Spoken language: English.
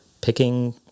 picking